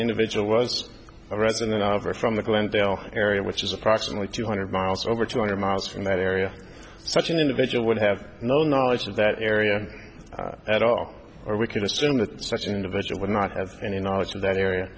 individual was a resident of or from the glendale area which is approximately two hundred miles over two hundred miles from that area such an individual would have no knowledge of that area at all or we can assume that such an individual would not have any knowledge of that area